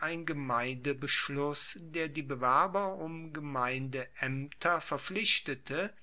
ein gemeindebeschluss der die bewerber um gemeindeaemter verpflichtete